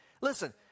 listen